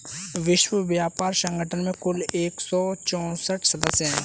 विश्व व्यापार संगठन में कुल एक सौ चौसठ सदस्य हैं